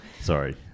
Sorry